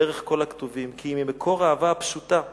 בערך כל הכתובים כי אם ממקור האהבה הפשוטה הפרטית",